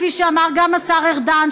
כפי שאמר גם השר ארדן,